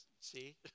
see